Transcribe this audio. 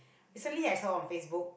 recently I saw on Facebook